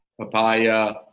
papaya